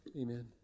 amen